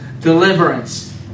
deliverance